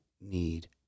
need